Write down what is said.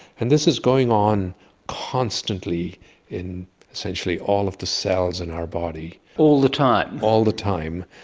and this is going on constantly in essentially all of the cells in our body. all the time? all the time,